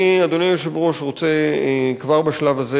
אני, אדוני היושב-ראש, רוצה כבר בשלב הזה